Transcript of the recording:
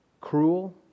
cruel